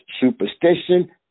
superstition